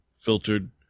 filtered